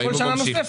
כל שנה נוספת.